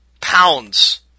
pounds